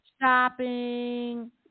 shopping